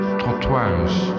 trottoirs